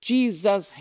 Jesus